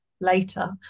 later